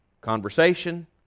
conversation